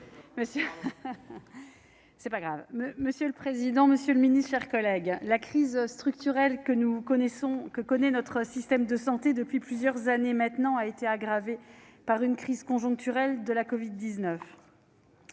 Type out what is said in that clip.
Monsieur le président, monsieur le secrétaire d'État, mes chers collègues, la crise structurelle que connaît notre système de santé depuis plusieurs années a été aggravée par la crise conjoncturelle de la covid-19.